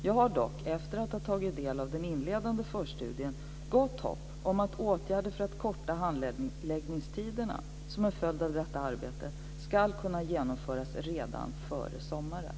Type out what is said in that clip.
Jag har dock, efter att ha tagit del av den inledande förstudien, gott hopp om att åtgärder för att korta handläggningstiderna som en följd av detta arbete ska kunna genomföras redan före sommaren.